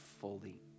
fully